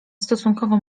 stosunkowo